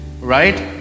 Right